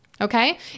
Okay